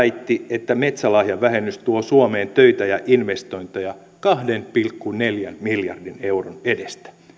että metsälahjavähennys tuo suomeen töitä ja investointeja kahden pilkku neljän miljardin euron edestä